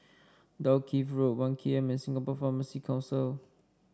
Dalkeith Road One K M and Singapore Pharmacy Council